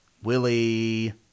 Willie